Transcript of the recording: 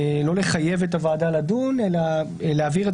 לא לחייב את הוועדה לדון אלא להעביר את